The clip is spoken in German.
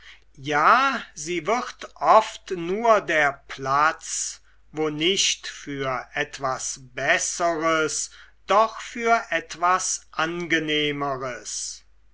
ja sie wird oft nur der platz wo nicht für etwas besseres doch für etwas angenehmeres